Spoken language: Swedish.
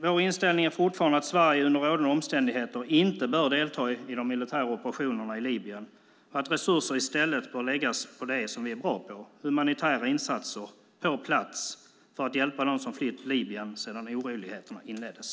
Vår inställning är fortfarande att Sverige under rådande omständigheter inte bör delta i de militära operationerna i Libyen och att resurser i stället bör läggas på det som vi är bra på, humanitära insatser på plats för att hjälpa dem som flytt Libyen sedan oroligheterna inleddes.